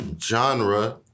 genre